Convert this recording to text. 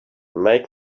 make